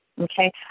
Okay